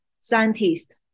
scientist